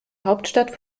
hauptstadt